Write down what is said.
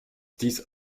dies